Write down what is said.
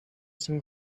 some